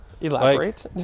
elaborate